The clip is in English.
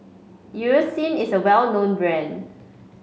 Eucerin is a well known brand